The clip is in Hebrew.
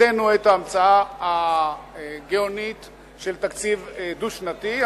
המצאנו את ההמצאה הגאונית של תקציב דו-שנתי,